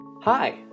Hi